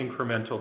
incremental